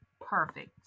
Perfect